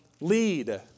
Lead